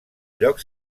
lloc